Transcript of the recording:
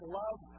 love